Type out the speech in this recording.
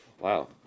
Wow